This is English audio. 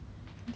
cracker